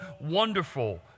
Wonderful